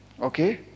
okay